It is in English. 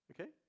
okay